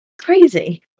Crazy